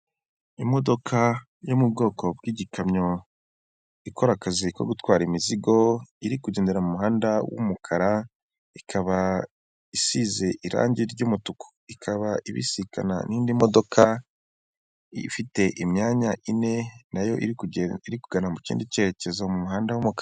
Imodoka yo mu bwoko bw'igikamyo ikora akazi ko gutwara imizigo iri kugendera mu muhanda w'umukara ikaba isize irangi ry'umutuku ikaba ibisikana n'indi modoka ifite imyanya ine nayo iri kugana mu kindi cyerekezo mu muhanda w'umukara.